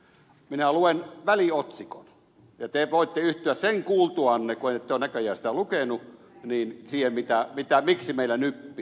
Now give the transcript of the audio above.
minä luen väliotsikon ja te voitte yhtyä sen kuultuanne kun ette ole näköjään sitä lukenut siihen miksi meillä nyppii